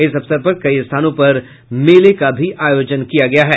इस अवसर पर कई स्थानों पर मेलों का भी आयोजन किया गया है